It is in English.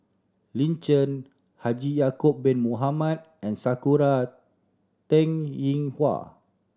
Lin Chen Haji Ya'acob Bin Mohamed and Sakura Teng Ying Hua